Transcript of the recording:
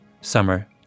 Summer